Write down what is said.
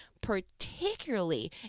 particularly